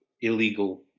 illegal